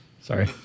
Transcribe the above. Sorry